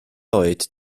oed